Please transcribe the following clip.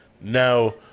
Now